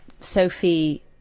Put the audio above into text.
Sophie